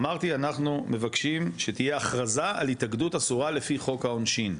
אמרתי אנחנו מבקשים שתהיה הכרזה על התאגדות אסורה לפי חוק העונשין,